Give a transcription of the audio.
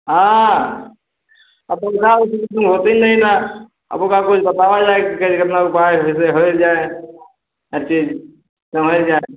हाँ अब उपजा कुछ होती नहीं ना अब ओका कुछ बताबा जाए की करे कितना कि उपाय है से होल जाए हर चीज़ संभल जाए